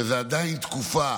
זאת עדיין תקופה